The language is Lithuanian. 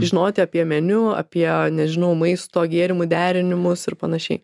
žinoti apie meniu apie nežinau maisto gėrimų derinimus ir panašiai